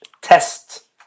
test